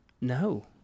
no